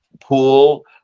pool